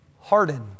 hardened